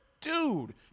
Dude